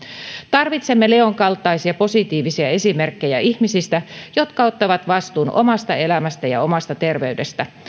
tarvitsemme leon kaltaisia positiivisia esimerkkejä ihmisistä jotka ottavat vastuun omasta elämästään ja omasta terveydestään